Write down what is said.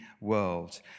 world